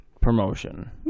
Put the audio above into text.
promotion